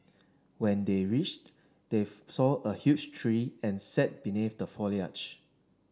when they reached they saw a huge tree and sat beneath the foliage